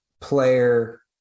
player